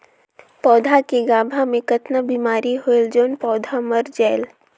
पौधा के गाभा मै कतना बिमारी होयल जोन पौधा मर जायेल?